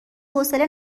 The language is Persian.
حوصله